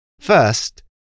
First